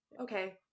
okay